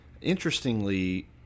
interestingly